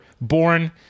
born